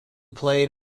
played